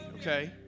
okay